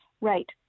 Right